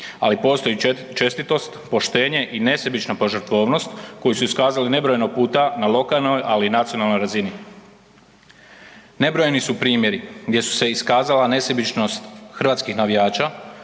ali postoji i čestitost, poštenje i nesebična požrtvovanost koju su iskazali nebrojeno puta na lokalnoj, ali i na nacionalnoj razini. Nebrojeni su primjeri gdje su se iskazala nesebičnost hrvatskih navijača,